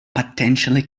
potentially